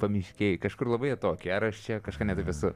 pamiškėj kažkur labai atokiai ar aš čia kažką ne taip esu